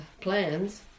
plans